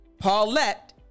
Paulette